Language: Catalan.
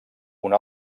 una